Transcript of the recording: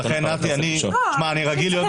אני רגיל להיות